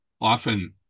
often